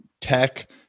tech